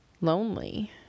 lonely